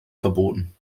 verboten